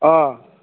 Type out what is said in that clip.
অঁ